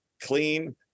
clean